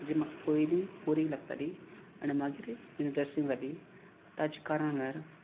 जी म्हाका पयलीं बोरींग लागताली आनी मागीर इंट्रस्ट्रींग जाली ताचें कारण म्हणल्यार